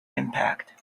impact